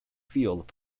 field